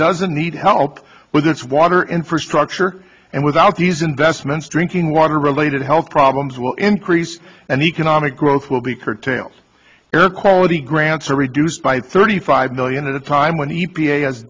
doesn't need help with its water infrastructure and without these investments drinking water related health problems will increase and economic growth will be curtailed air quality grants are reduced by thirty five million at a time when e p a